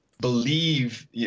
believe